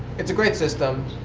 it's a great system.